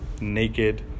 naked